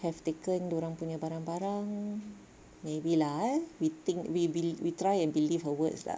have taken dorang punya barang-barang maybe lah eh we think we be~ we try and believe her words lah